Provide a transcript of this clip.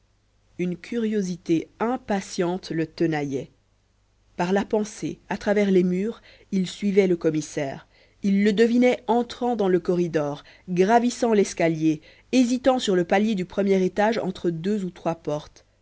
une curiosité impatiente le tenaillait par la pensée à travers les murs il suivait le commissaire il le devinait entrant dans le corridor gravissant l'escalier hésitant sur le palier du premier étage entre deux ou trois portes